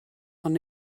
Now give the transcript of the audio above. von